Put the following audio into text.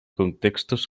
contextos